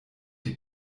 die